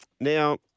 now